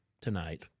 tonight